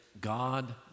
God